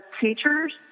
teachers